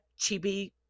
chibi